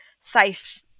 safe